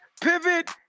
pivot